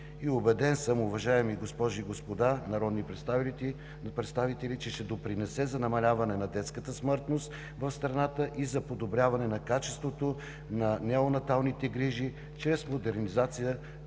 убеден, уважаеми госпожи и господа народни представители, че ще допринесе за намаляване на детската смъртност в страната и за подобряване на качеството на неонаталните грижи чрез модернизация